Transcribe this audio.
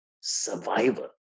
survival